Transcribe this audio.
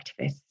activists